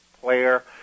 player